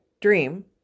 dream